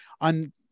on